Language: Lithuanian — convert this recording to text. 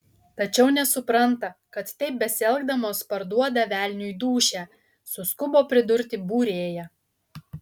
tačiau nesupranta kad taip besielgdamos parduoda velniui dūšią suskubo pridurti būrėja